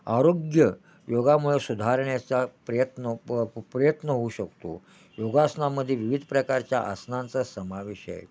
आरोग्य योगामुळे सुधारण्याचा प्रयत्न प्रयत्न होऊ शकतो योगासनामध्ये विविध प्रकारच्या आसनांचा समावेश आहे